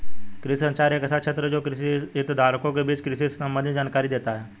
कृषि संचार एक ऐसा क्षेत्र है जो कृषि हितधारकों के बीच कृषि से संबंधित जानकारी देता है